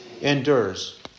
endures